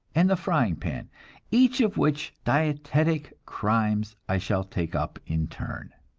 and the frying-pan, each of which dietetic crimes i shall take up in turn.